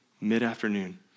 mid-afternoon